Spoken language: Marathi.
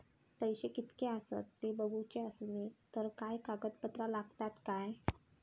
पैशे कीतके आसत ते बघुचे असले तर काय कागद पत्रा लागतात काय?